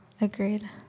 Agreed